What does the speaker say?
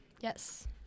Yes